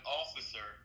officer